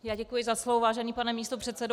Já děkuji za slovo, vážený pane místopředsedo.